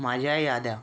माझ्या याद्या